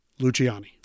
Luciani